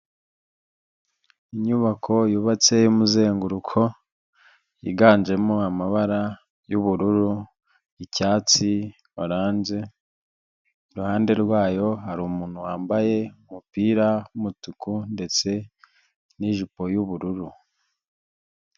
Inyubako yubatse y'umuzenguruko, yiganjemo amabara y'ubururu, icyatsi, oranje, iruhande rwayo hari umuntu wambaye umupira w'umutuku ndetse n'ijipo y'ubururu.